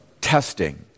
testing